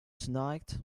tonight